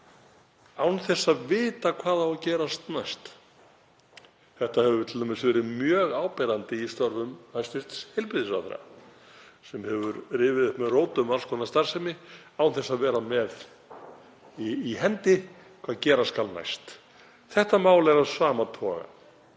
án þess að vita hvað eigi að gerast næst. Þetta hefur t.d. verið mjög áberandi í störfum hæstv. heilbrigðisráðherra sem hefur rifið upp með rótum alls konar starfsemi án þess að vera með í hendi hvað gera skuli næst. Þetta mál er af sama toga.